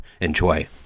Enjoy